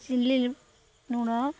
chilli ଲୁଣ